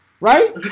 right